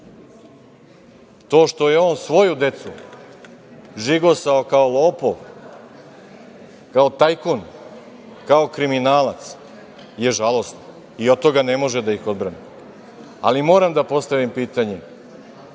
To što je on svoju decu žigosao kao lopov, kao tajkun, kao kriminalac je žalosno i od toga ne može da ih odbrani. Ali, moram da postavim pitanje,